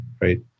right